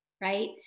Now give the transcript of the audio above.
right